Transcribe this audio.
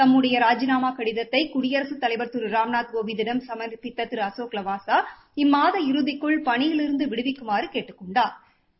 தம்முடைய ராஜிநாமா கடிதத்தை குடியரசுத் தலைவா திரு ராம்நாத் கோவிந்திடம் சமாப்பித்த திரு அளேக் லவாசா இம்மாத இறுதிக்குள் பணியிலிருந்து விடுவிக்குமாறு கேட்டுக் கொண்டாா்